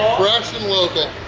um fresh and local!